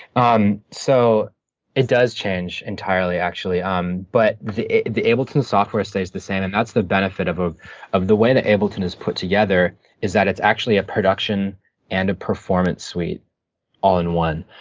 um so it does change entirely actually. um but but the ableton software stays the same, and that's the benefit of ah of the way that ableton is put together is that it's actually a production and a performance suite all in one.